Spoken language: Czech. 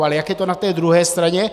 Ale jak je to na té druhé straně?